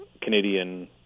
Canadian